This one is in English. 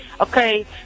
Okay